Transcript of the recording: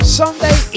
sunday